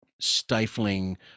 stifling